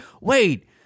wait